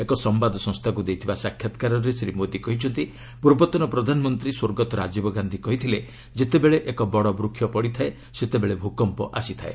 ଏକ ସମ୍ଘାଦ ସଂସ୍ଥାକୁ ଦେଇଥିବା ସାକ୍ଷାତକାରରେ ଶ୍ରୀ ମୋଦି କହିଛନ୍ତି ପୂର୍ବତନ ପ୍ରଧାନମନ୍ତ୍ରୀ ସ୍ୱର୍ଗତଃ ରାଜୀବ ଗାନ୍ଧି କହିଥିଲେ ଯେତେବେଳେ ଏକ ବଡ଼ ବୃକ୍ଷ ପଡ଼ିଥାଏ ସେତେବେଳେ ଭୂ କମ୍ପ ଆସିଥାଏ